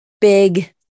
big